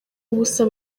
ubusa